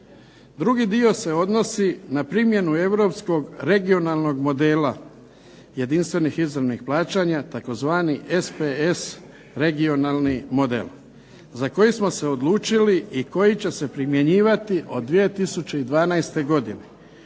Drugi dio se odnosi na primjenu europskog regionalnog modela jedinstvenih izravnih plaćanja tzv. SPS regionalni model za koji smo se odlučili i koji će se primjenjivati od 2012. godine.